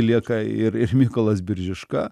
lieka ir ir mykolas biržiška